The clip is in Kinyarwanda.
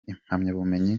impamyabumenyi